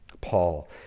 Paul